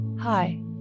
Hi